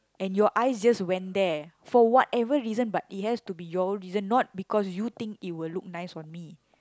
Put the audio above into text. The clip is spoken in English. and your eyes just went there for whatever reason but it has to be your own reason not because you think it will look nice on me